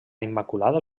immaculada